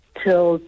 till